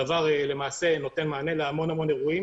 הדבר נותן מענה להמון אירועים